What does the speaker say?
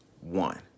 One